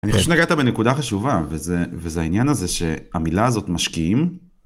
אני חושב שנגעת בנקודה חשובה וזה העניין הזה שהמילה הזאת משקיעים